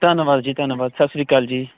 ਧੰਨਵਾਦ ਜੀ ਧੰਨਵਾਦ ਸਤਿ ਸ੍ਰੀ ਅਕਾਲ ਜੀ